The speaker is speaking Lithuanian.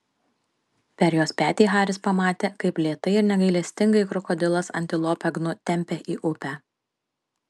per jos petį haris pamatė kaip lėtai ir negailestingai krokodilas antilopę gnu tempia į upę